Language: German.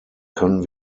können